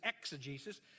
exegesis